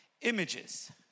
images